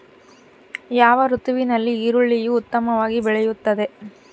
ಯಾವ ಋತುವಿನಲ್ಲಿ ಈರುಳ್ಳಿಯು ಉತ್ತಮವಾಗಿ ಬೆಳೆಯುತ್ತದೆ?